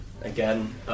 again